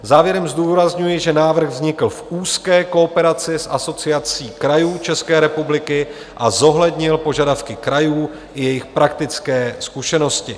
Závěrem zdůrazňuji, že návrh vznikl v úzké kooperaci s Asociací krajů České republiky a zohlednil požadavky krajů i jejich praktické zkušenosti.